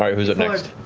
who's up next?